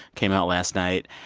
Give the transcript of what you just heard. came out last night.